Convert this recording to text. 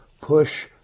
push